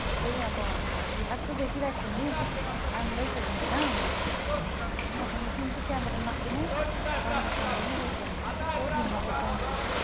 यस्तो चाहिँ अब घिनलाग्दो देखिरहेको छ नि राम्रै छैन होइन छ्या मनै नपर्ने तिमी चाहिँ त्यहाँबाट नकिन है राम्रो पाउँदैन रहेछ कस्तो घिनलाग्दो पाउँदो रहेछ